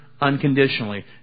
unconditionally